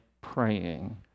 praying